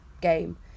game